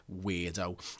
weirdo